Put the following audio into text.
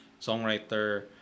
songwriter